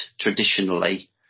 traditionally